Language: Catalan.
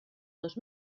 dos